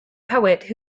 poet